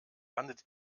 landet